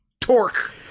torque